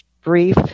brief